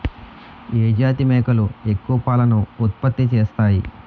ఏ జాతి మేకలు ఎక్కువ పాలను ఉత్పత్తి చేస్తాయి?